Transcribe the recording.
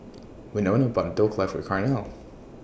Wynona bought Dhokla For Carnell